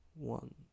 One